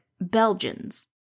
Belgians